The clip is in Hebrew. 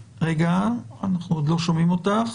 רגע, אנחנו עוד לא שומעים אותך.